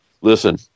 Listen